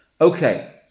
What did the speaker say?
Okay